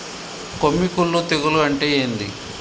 కొమ్మి కుల్లు తెగులు అంటే ఏంది?